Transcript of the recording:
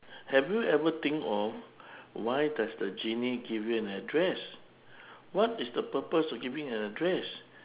have you ever think of why does the genie give you an address what is the purpose of giving an address